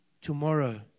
tomorrow